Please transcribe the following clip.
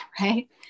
right